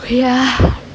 ya